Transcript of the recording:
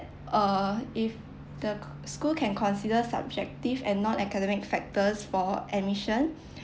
uh if the co~ school can consider subjective and not academic factors for admission